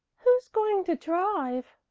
who's going to drive?